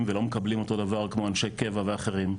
ולא מקבלים אותו דבר כמו אנשי קבע ואחרים,